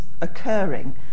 occurring